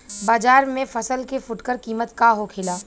बाजार में फसल के फुटकर कीमत का होखेला?